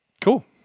Cool